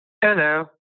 Hello